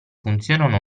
funzionano